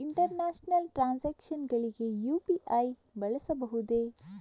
International transactions ಗಳಿಗೆ UPI ಬಳಸಬಹುದೇ?